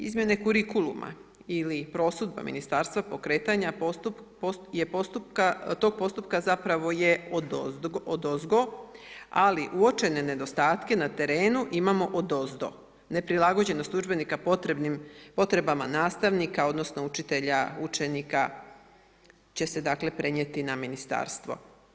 Izmjene kurikuluma ili prosudba ministarstva pokretanja tog postupka je zapravo odozgo ali uočene nedostatke na terenu imamo odozdo, neprilagođenost udžbenika potrebama nastavnika odnosno učitelja, učenika će se dakle prenijeti na ministarstvo.